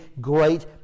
great